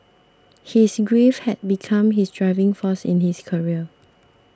his grief had become his driving force in his career